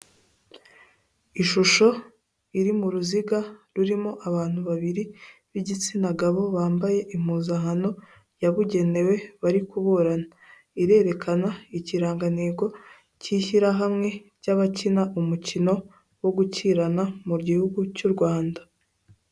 Ishusho iri mu ruziga rurimo abantu babiri b'igitsina gabo bambaye impuzankano yabugenewe bari kuburana irerekana ikirangantego cy'ishyirahamwe ry'abakina umukino wo gukirana mu gihugu cy'u rwanda.